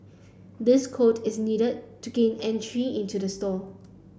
this code is needed to gain entry into the store